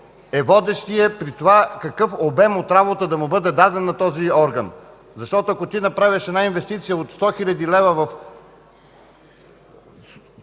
е водещият при това какъв обем от работа да бъде даден на този орган. Ако ти направиш инвестиция от 100 хил. лв. в